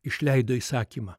išleido įsakymą